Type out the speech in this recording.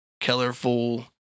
colorful